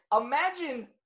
imagine